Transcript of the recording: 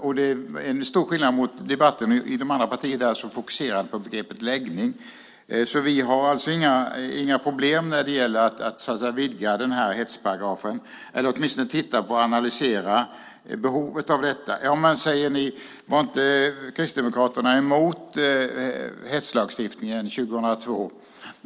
Det är en stor skillnad på debatten i de andra partierna som fokuserade på begreppet läggning. Vi har alltså inga problem när det gäller att vidga hetsparagrafen eller åtminstone att titta på och analysera behovet av detta. Men, säger ni, var inte Kristdemokraterna emot hetslagstiftningen 2002?